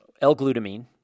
L-glutamine